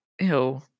Ew